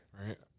right